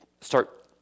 start